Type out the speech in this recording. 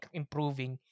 improving